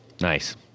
Nice